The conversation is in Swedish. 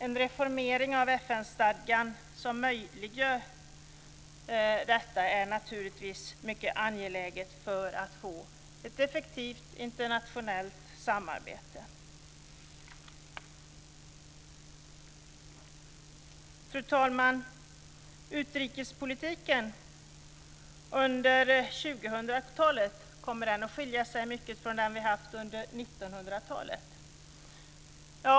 En reformering av FN stadgan som möjliggör detta är naturligtvis mycket angeläget för att man ska få ett effektivt internationellt samarbete. Fru talman! Kommer utrikespolitiken under 2000 talet att skilja sig mycket från den som har förts under 1900-talet?